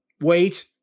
Wait